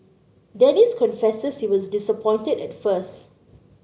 Dennis confesses he was disappointed at first